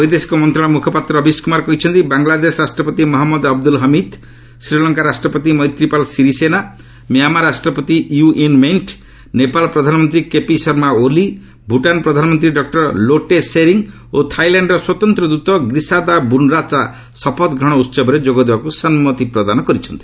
ବୈଦେଶିକ ମନ୍ତ୍ରଣାଳୟ ମୁଖପାତ୍ର ରବୀଶ କୁମାର କହିଛନ୍ତି ବାଂଲାଦେଶ ରାଷ୍ଟ୍ରପତି ମହଞ୍ଜଦ ଅବଦୂଲ୍ ହମିଦ୍ ଶ୍ରୀଲଙ୍କା ରାଷ୍ଟ୍ରପତି ମୈତ୍ରୀପାଳ ସିରିସେନା ମ୍ୟାମାର ରାଷ୍ଟ୍ରପତି ୟ ୱିନ୍ ମିିି୍କ ନେପାଳ ପ୍ରଧାନମନ୍ତ୍ରୀ କେପି ଶର୍ମା ଓଲି ଭ୍ରଟାନ୍ ପ୍ରଧାନମନ୍ତ୍ରୀ ଡକ୍ଟର ଲୋଟେ ଶେରିଙ୍ଗ୍ ଓ ଥାଇଲ୍ୟାଶ୍ଡର ସ୍ୱତନ୍ତ୍ର ଦୃତ ଗ୍ରୀସାଦା ବୁନ୍ରାଚ୍ ଶପଥ ଗ୍ରହଣ ଉହବରେ ଯୋଗ ଦେବାକୁ ସମ୍ମତି ପ୍ରଦାନ କରିଛନ୍ତି